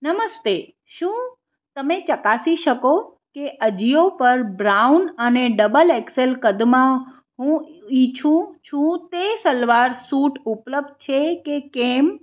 નમસ્તે શું તમે ચકાસી શકો કે અજિયો પર બ્રાઉન અને ડબલ એક્સએલ કદમાં હું ઈચ્છું છું તે સલવાર સૂટ ઉપલબ્ધ છે કે કેમ